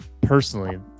personally